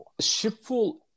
Shipful